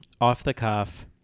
off-the-cuff